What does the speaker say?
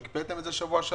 אתה מכיר את זה?